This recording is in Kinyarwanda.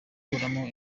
gukuramo